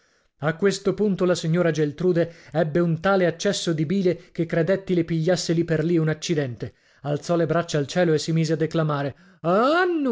a questo punto la signora geltrude ebbe un tale accesso di bile che credetti le pigliasse li per lì un accidente alzò le braccia al cielo e si mise a declamare